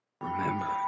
remember